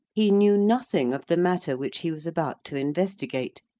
he knew nothing of the matter which he was about to investigate,